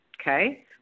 Okay